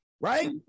right